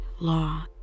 law